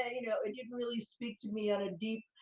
ah you know, it didn't really speak to me on a deep,